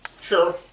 Sure